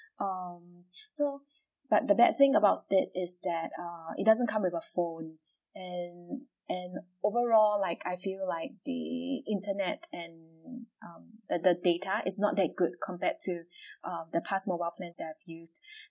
um so but the bad thing about it is that err it doesn't come with a phone and and overall like I feel like the internet and um uh the data is not that good compared to um the past mobile plans that I've used